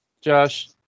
Josh